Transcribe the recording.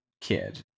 kid